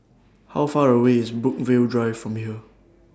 How Far away IS Brookvale Drive from here